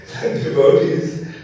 devotees